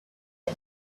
are